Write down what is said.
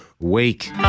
wake